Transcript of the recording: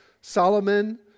Solomon